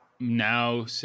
Now